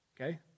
Okay